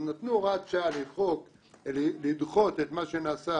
אז נתנו הוראת שעה לדחות את מה שנעשה